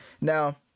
Now